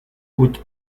with